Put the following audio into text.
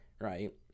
right